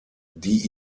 die